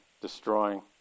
destroying